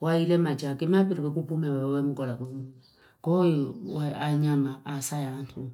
waile machaki, mapilu kukupume wewe mkola kune. Kuyo uwea nyama, asaya ntu.